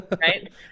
Right